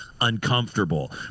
uncomfortable